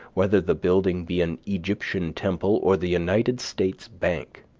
whether the building be an egyptian temple or the united states bank.